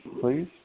please